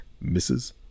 misses